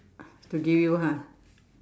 to give you ha